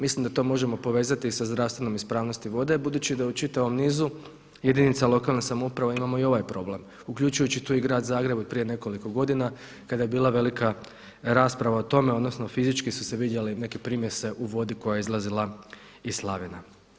Mislim da to možemo povezati sa zdravstvenom ispravnosti vode budući da u čitavom nizu jedinica lokalne samouprave imamo i ovaj problem, uključujući tu i grad Zagreb od prije nekoliko godina kada je bila velika rasprava o tome odnosno fizički su se vidjele i neke primjese u vodi koja je izlazila iz slavina.